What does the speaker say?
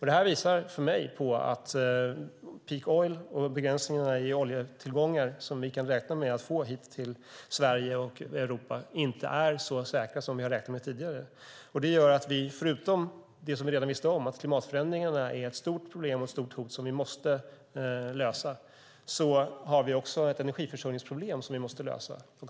Det här visar för mig att peak oil och begränsningarna i oljetillgångar som Sverige och Europa kan räkna med inte är så säkra som vi har räknat med tidigare. Förutom det vi redan visste om, nämligen att klimatförändringarna är ett stort problem och ett stort hot som måste lösas, har vi också ett energiförsörjningsproblem som vi måste lösa.